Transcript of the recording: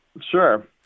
Sure